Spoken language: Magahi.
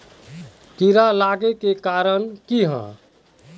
कीड़ा लागे के कारण की हाँ?